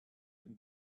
can